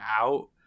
out